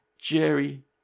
Jerry